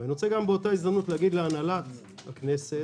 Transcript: ואני רוצה באותה הזדמנות להגיד להנהלת הכנסת,